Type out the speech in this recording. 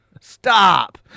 Stop